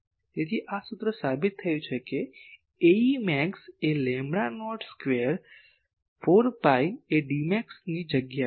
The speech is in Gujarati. તેથી આ સૂત્ર સાબિત થયું છે કે Ae max એ લેમ્બડા નોટ સ્ક્વેર 4 પાઈ એ Dmax ની જગ્યા એ છે